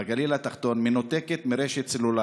בגליל התחתון, מנותקת מרשת סלולרית,